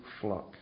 flock